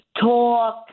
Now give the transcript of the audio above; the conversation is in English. talk